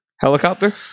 helicopter